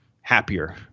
happier